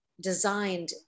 designed